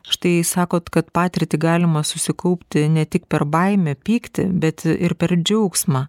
štai sakote kad patirtį galima susikaupti ne tik per baimę pyktį bet ir per džiaugsmą